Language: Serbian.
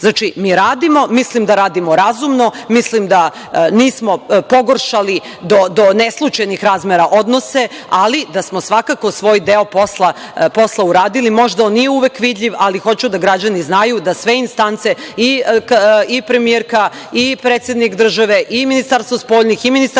prava. Znači, mi radimo, mislim da radimo razumno, mislim da nismo pogoršali do neslućenih razmera odnose, ali da smo svakako svoj deo posla uradili. Možda on nije uvek vidljiv, ali hoću da građani znaju da sve instance premijerka, predsednik države, Ministarstvo spoljnih poslova i Ministarstvo za